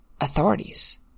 authorities